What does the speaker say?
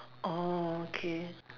orh okay